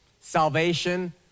salvation